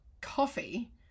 coffee